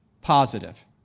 positive